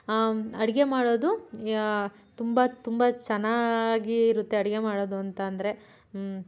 ಆಂ ಅಡುಗೆ ಮಾಡೋದು ತುಂಬ ತುಂಬ ಚೆನ್ನಾಗಿ ಇರುತ್ತೆ ಅಡುಗೆ ಮಾಡೋದು ಅಂತಂದರೆ ಹ್ಞೂ